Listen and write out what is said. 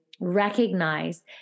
recognize